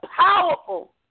powerful